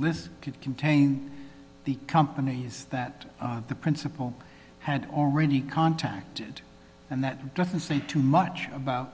list contained the companies that the principal had already contacted and that doesn't think too much about